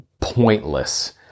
pointless